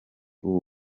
ubu